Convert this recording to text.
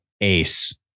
ace